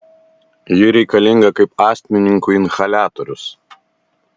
ji reikalinga kaip astmininkui inhaliatorius